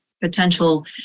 potential